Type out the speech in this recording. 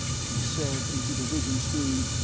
she said into the vision-screen,